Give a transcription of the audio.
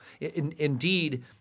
Indeed